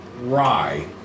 rye